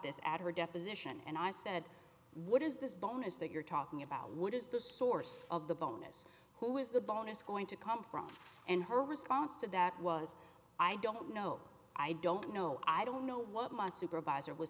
this at her deposition and i said what is this bonus that you're talking about what is the source of the bonus who is the bonus going to come from and her response to that was i don't know i don't know i don't know what my supervisor was